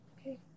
okay